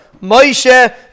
Moshe